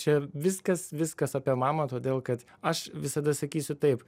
čia viskas viskas apie mamą todėl kad aš visada sakysiu taip